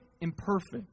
imperfect